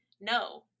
no